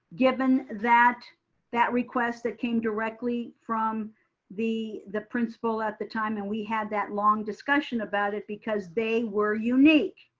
given that that request that came directly from the the principal at the time. and we had that long discussion about it because they were unique.